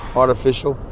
artificial